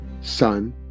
Son